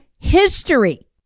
History